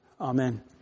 Amen